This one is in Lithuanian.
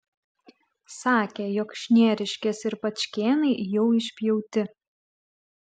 sakė jog šnieriškės ir pačkėnai jau išpjauti